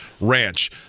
ranch